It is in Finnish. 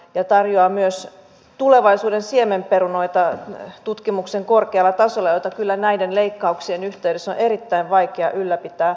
yliopisto tarjoaa myös tulevaisuuden siemenperunoita tutkimuksen korkealla tasolla jota kyllä näiden leikkauksien yhteydessä on erittäin vaikea ylläpitää